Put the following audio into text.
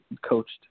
coached